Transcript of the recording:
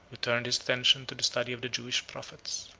who turned his attention to the study of the jewish prophets.